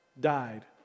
died